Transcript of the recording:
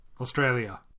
Australia